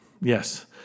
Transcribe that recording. Yes